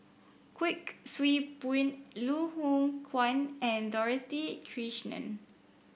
Kuik Swee Boon Loh Hoong Kwan and Dorothy Krishnan